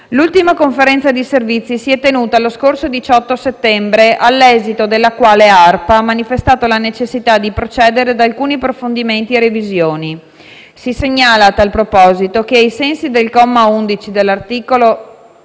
L'ultima conferenza di servizi si è tenuta lo scorso 18 settembre, all'esito della quale ARPA ha manifestato la necessità di procedere ad alcuni approfondimenti e revisioni. Si segnala, a tal proposito, che, ai sensi del comma 11 dell'articolo